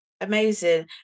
Amazing